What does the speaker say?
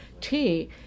tea